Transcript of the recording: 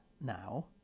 now